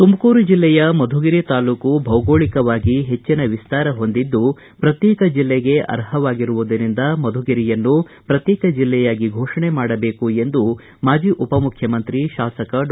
ತುಮಕೂರು ಜಿಲ್ಲೆಯ ಮಧುಗಿರಿ ತಾಲೂಕು ಭೌಗೋಳಕವಾಗಿ ಹೆಚ್ಚಿನ ವಿಸ್ತಾರ ಹೊಂದಿದ್ದು ಪ್ರತ್ಯೇಕ ಜಿಲ್ಲೆಗೆ ಅರ್ಹವಾಗಿರುವುದರಿಂದ ಮಧುಗಿರಿಯನ್ನು ಪ್ರತ್ಯೇಕ ಜಲ್ಲೆಯಾಗಿ ಫೋಷಣೆ ಮಾಡಬೇಕು ಎಂದು ಮಾಜಿ ಉಪಮುಖ್ಯಮಂತ್ರಿ ಶಾಸಕ ಡಾ